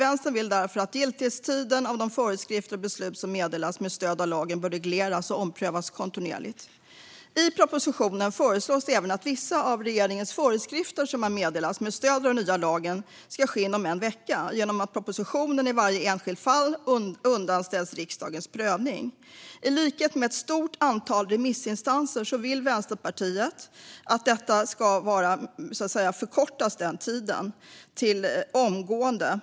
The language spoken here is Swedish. Vänstern anser därför att giltighetstiden för de föreskrifter och beslut som meddelas med stöd av lagen bör regleras och omprövas kontinuerligt. I propositionen föreslås även att vissa av regeringens föreskrifter som meddelas med stöd av den nya lagen inom en vecka ska, genom proposition i varje enskilt fall, underställas riksdagens prövning. I likhet med ett stort antal remissinstanser vill Vänsterpartiet att den tiden ska förkortas till omgående.